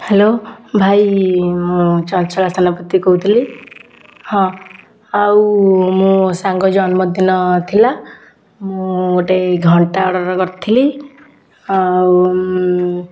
hello ଭାଇ ମୁଁ ଚଞ୍ଚଳ ସେନାପତି କହୁଥିଲି ହଁ ଆଉ ମୋ ସାଙ୍ଗ ଜନ୍ମଦିନ ଥିଲା ମୁଁ ଗୋଟେ ଘଣ୍ଟା ଅର୍ଡ଼ର୍ କରିଥିଲି ଆଉ